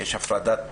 יש הפרדה.